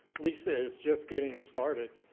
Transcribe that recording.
lisa is just getting started.